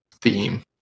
theme